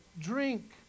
drink